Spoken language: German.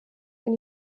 bin